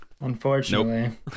unfortunately